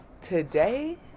Today